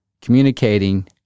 communicating